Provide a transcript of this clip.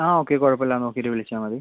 ആ ഓക്കെ കുഴപ്പം ഇല്ല നോക്കിയിട്ട് വിളിച്ചാൽ മതി